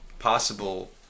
Possible